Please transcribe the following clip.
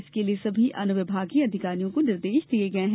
इसके लिए सभी अनुविभागीय अधिकारियों को निर्देश दिये गये हैं